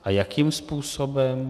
A jakým způsobem?